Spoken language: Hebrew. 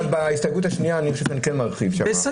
אבל בהסתייגות השנייה אני חושב שאני כן מרחיב שם.